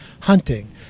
hunting